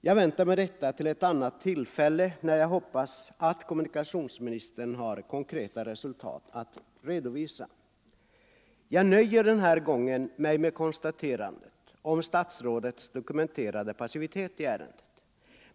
Jag väntar med det till ett annat tillfälle, då kommunikationsministern, hoppas jag, har konkreta resultat att redovisa. Jag nöjer mig denna gång med konstaterandet av statsrådets dokumenterade passivitet i ärendet.